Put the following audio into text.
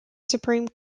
supreme